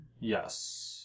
Yes